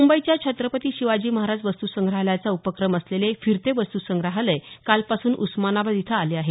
मुंबईच्या छत्रपती शिवाजी महाराज वस्तुसंग्रहालयाचा उपक्रम असलेले फिरते वस्तूसंग्रहालय कालपासून उस्मानाबाद इथं आलं आहे